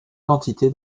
quantité